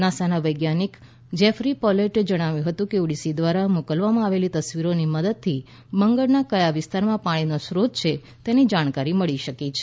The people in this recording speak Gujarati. નાસાના વૈજ્ઞાનિક જેફરી પોલેટે જણાવ્યું હતું કે ઓડિસી દ્વારા મોકલવામાં આવેલ તસવીરોની મદદથી મંગળના ક્યા વિસ્તારમાં પાણીનો સ્રોત છે તેની જાણકારી મળી શકી છે